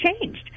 changed